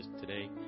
today